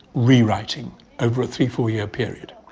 rewriting over a three, four-year period.